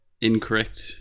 incorrect